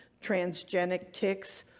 transgenic ticks,